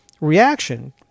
reaction